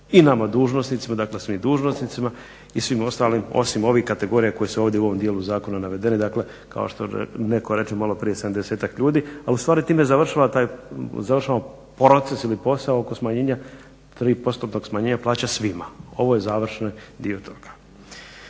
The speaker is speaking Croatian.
i nama dužnosnicima, dakle svim dužnosnicima i svim ostalim osim ovih kategorija koje su u ovom dijelu zakona navedene. Kao što je netko reče malo prije 70-tak ljudi ali ustvari time završila proces ili posao oko smanjenja 3% smanjenja plaća svima. Ovo je završni dio toga.